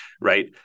Right